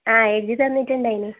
ആ എഴുതി തന്നിട്ടിണ്ടായിനി